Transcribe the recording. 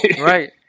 Right